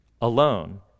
alone